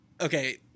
Okay